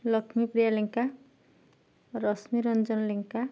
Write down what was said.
Laxmipriya Lenka Rashmiranjan Lenka